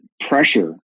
pressure